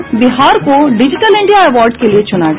और बिहार को digital India award के लिये चुना गया